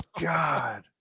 God